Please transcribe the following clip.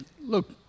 look